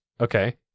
Okay